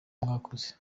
mwakoze